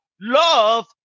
love